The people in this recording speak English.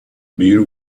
beer